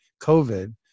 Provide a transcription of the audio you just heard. COVID